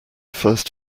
first